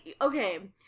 okay